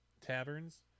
taverns